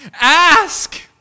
ask